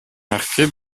marqués